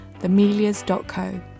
themelias.co